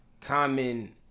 Common